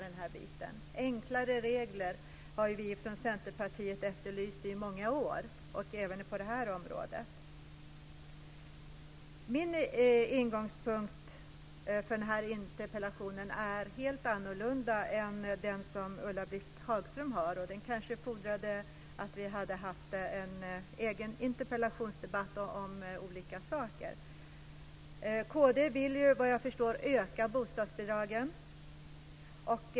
Vi från Centerpartiet har i många år efterlyst enklare regler, även på det här området. Utgångspunkten för min interpellation skiljer sig helt från Ulla-Britt Hagströms utgångspunkt. Vi borde kanske ha fått egna interpellationsdebatter om olika saker. Kd vill såvitt jag förstår öka bostadsbidragen.